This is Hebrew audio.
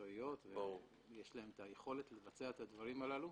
מקצועיות ושיש להן יכולת לבצע את הדברים הללו.